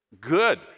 good